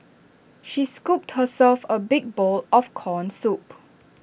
she scooped herself A big bowl of Corn Soup